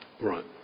Right